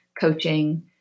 coaching